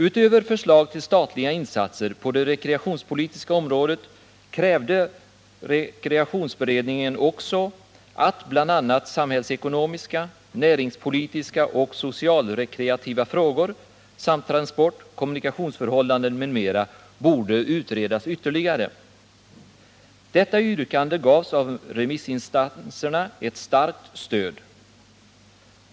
Utöver förslag till statliga insatser på det rekreationspolitiska området krävde rekreationsberedningen också att bl.a. samhällsekonomiska, näringspolitiska och socialrekreativa frågor samt transport/kommunikationsförhållanden m.m. borde utredas ytterligare. Detta yrkande gavs av remissinstanserna ett starkt stöd.